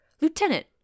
Lieutenant